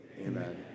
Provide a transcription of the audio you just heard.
amen